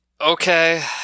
Okay